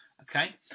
Okay